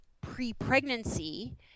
pre-pregnancy